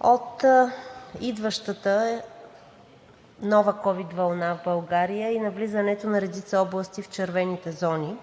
от идващата нова ковид вълна в България и навлизането на редица области в червените зони.